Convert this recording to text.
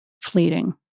fleeting